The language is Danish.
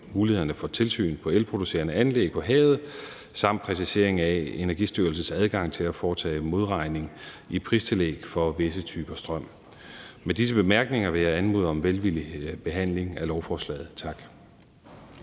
mulighederne for tilsyn med elproducerende anlæg på havet samt præcisering af Energistyrelsens adgang til at foretage modregning i pristillæg for visse typer strøm. Med disse bemærkninger vil jeg anmode om en velvillig behandling af lovforslaget. Tak.